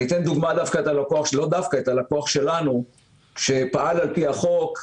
אני אתן דוגמה את הלקוח שלנו שפעל על פי החוק,